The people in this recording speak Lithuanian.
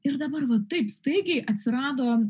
ir dabar va taip staigiai atsirado